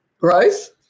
growth